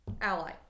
Ally